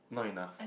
not enough